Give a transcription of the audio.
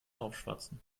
aufschwatzen